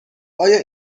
آیا